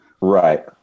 Right